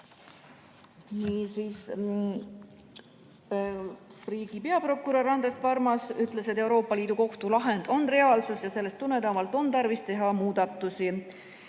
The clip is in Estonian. Riigi peaprokurör Andres Parmas ütles, et Euroopa Liidu Kohtu lahend on reaalsus ja sellest tulenevalt on tarvis teha muudatusi.